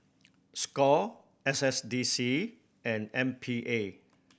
score S S D C and M P A